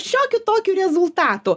šiokiu tokiu rezultatu